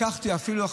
אפילו לקחנו,